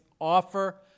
offer